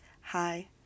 hi